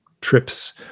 trips